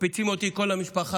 מקפיצים אותי כל המשפחה.